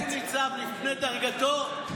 אם הוא ניצב לפני דרגתו, פוליגרף.